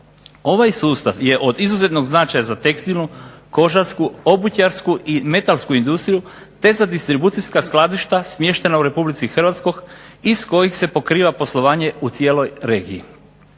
Ovaj sustav je od izuzetnog značaja za tekstilnu, kožarsku, obućarsku i metalsku industriju, te za distribucijska skladišta smještena u Republici Hrvatskoj, iz kojih se pokriva poslovanje u cijeloj regiji.